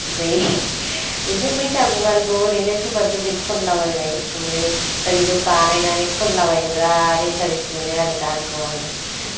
ओमफ्राय बिदिनो बैसागु गानखौ ओरैनो सबाद सबिद खनलाबायबाय ओमफ्राय ओरैनो बानायनानै खनलाबायनो बिराद इनटारेस्ट मोनो आरो गानखौ आङो